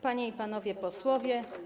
Panie i Panowie Posłowie!